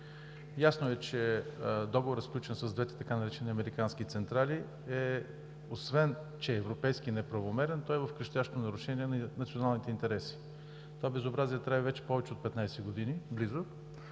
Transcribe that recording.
Ясно е, че договорът, сключен с двете така наречени „американски“ централи, освен че е европейски неправомерен, той е в крещящо нарушение на националните интереси. Това безобразие трае вече повече от 15 години и